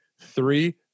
Three